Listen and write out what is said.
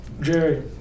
Jerry